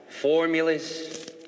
Formulas